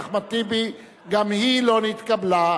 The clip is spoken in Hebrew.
אי-אמון בממשלה לא נתקבלה.